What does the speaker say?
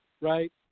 right